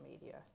media